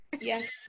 yes